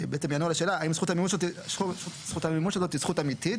שיענו על השאלה האם זכות המימוש הזאת היא זכות אמיתית,